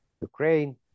Ukraine